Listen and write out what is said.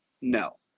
No